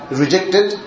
rejected